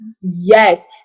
Yes